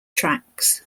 tracks